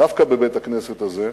דווקא בבית-הכנסת הזה,